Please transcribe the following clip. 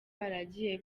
baragiye